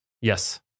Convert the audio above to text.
yes